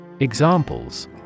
Examples